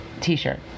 t-shirt